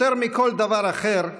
יותר מכל דבר אחר,